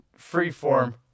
Freeform